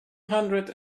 hundred